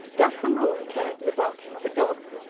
doth the moon care for the barking of a dog?